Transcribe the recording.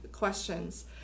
questions